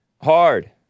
Hard